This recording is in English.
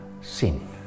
sin